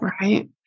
Right